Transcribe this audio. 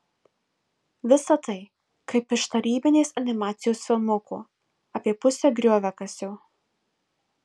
visa tai kaip iš tarybinės animacijos filmuko apie pusę grioviakasio